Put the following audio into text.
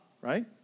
right